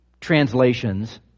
translations